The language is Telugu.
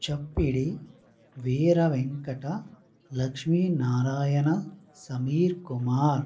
చప్పిడి వీర వెంకట లక్ష్మీ నారాయణ సమీర్ కుమార్